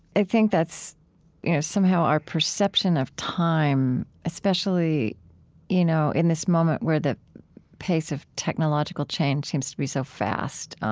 i think that's you know somehow, our perception of time, especially you know in this moment where the pace of technological change seems to be so fast,